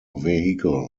vehicle